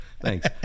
Thanks